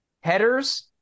headers